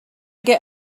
get